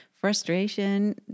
frustration